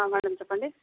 madam చెప్పండి